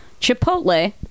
Chipotle